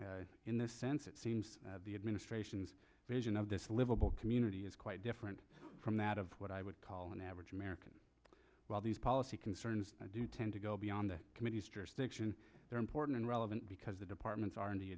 in the sense it seems the administration's vision of this livable community is quite different from that of what i would call an average american while these policy concerns do tend to go beyond the committees they're important and relevant because the departments are in the